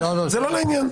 זה לא לעניין.